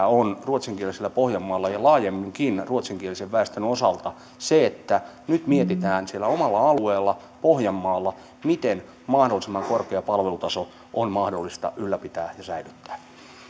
on ruotsinkielisellä pohjanmaalla ja laajemminkin ruotsinkielisen väestön osalta se että nyt mietitään siellä omalla alueella pohjanmaalla miten mahdollisimman korkea palvelutaso on mahdollista ylläpitää ja säilyttää pyydän niitä